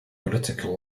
political